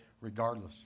regardless